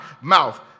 mouth